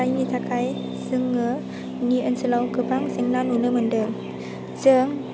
जायनि थाखाय जोङोनि ओनसोलाव गोबां जेंना नुनो मोनदों जों